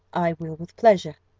i will with pleasure,